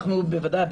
אנחנו בוודאי,